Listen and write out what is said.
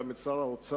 גם את שר האוצר,